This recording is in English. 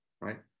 right